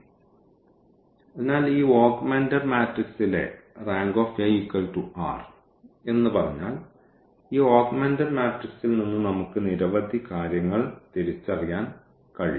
അതിനാൽ ഈ ഓഗ്മെന്റഡ് മാട്രിക്സിലെ റാങ്ക് r പിവറ്റുകളുടെ എണ്ണം എന്ന് പറഞ്ഞാൽ ഈ ഓഗ്മെന്റഡ് മാട്രിക്സിൽ നിന്ന് നമുക്ക് നിരവധി കാര്യങ്ങൾ തിരിച്ചറിയാൻ കഴിയും